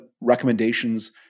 recommendations